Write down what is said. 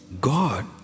God